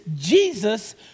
Jesus